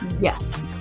Yes